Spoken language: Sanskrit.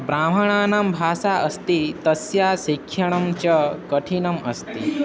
ब्राह्मणानां भाषा अस्ति तस्य शिक्षणं च कठिनम् अस्ति